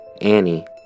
Annie